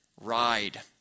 ride